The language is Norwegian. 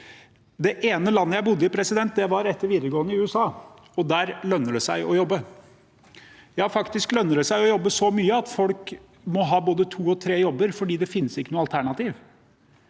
Det ene landet jeg bodde i, etter videregående, var USA. Der lønner det seg å jobbe. Ja, det lønner seg faktisk å jobbe så mye at folk må ha både tro og tre jobber fordi det ikke finnes noe alternativ.